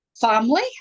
Family